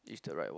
is the right one